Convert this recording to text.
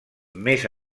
més